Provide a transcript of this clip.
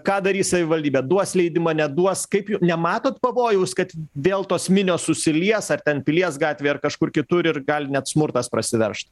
ką darys savivaldybė duos leidimą neduos kaip nematot pavojaus kad vėl tos minios susilies ar ten pilies gatvėj ar kažkur kitur ir gali net smurtas prasiveržt